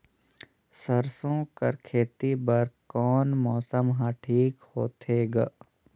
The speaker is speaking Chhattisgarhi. सरसो कर खेती बर कोन मौसम हर ठीक होथे ग?